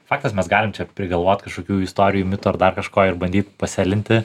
faktas mes galim čia prigalvot kažkokių istorijų mitų ar dar kažko ir bandyt paselinti